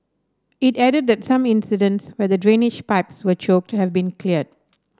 it added that some incidents where the drainage pipes were choked have been cleared